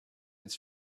its